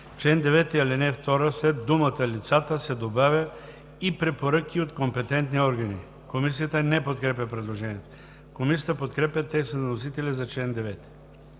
„В чл. 9, ал. 2 след думата „лицата“ се добавя „и препоръки от компетентни органи“.“ Комисията не подкрепя предложението. Комисията подкрепя текста на вносителя за чл.